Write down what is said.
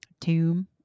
tomb